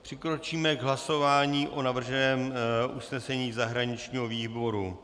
Přikročíme k hlasování o navrženém usnesení zahraničního výboru.